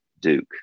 Duke